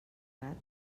gat